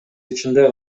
ичинде